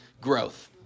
growth